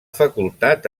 facultat